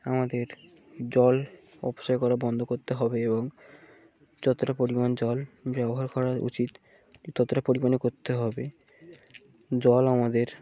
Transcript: আমাদের জল অপচয় করা বন্ধ করশন হবে এবং যতোটা পরিমাণ জল ব্যবহার করার উচিত ততোটা পরিমাণে কো্তে হবে জল আমাদের